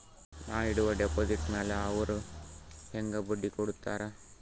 ನಾ ಇಡುವ ಡೆಪಾಜಿಟ್ ಮ್ಯಾಲ ಅವ್ರು ಹೆಂಗ ಬಡ್ಡಿ ಕೊಡುತ್ತಾರ?